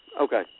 Okay